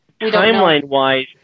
timeline-wise